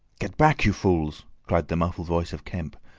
get back, you fools! cried the muffled voice of kemp,